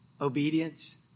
obedience